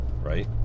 right